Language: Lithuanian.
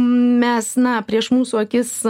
mes na prieš mūsų akis